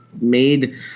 made